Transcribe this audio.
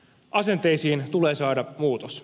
asenteisiin tulee saada muutos